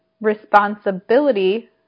responsibility